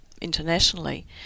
internationally